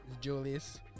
Julius